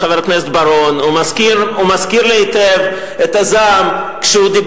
שוב, יושב כאן שר